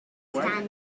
standard